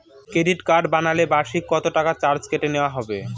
Credit card বানালে বার্ষিক কত টাকা চার্জ কেটে নেওয়া হবে?